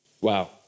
Wow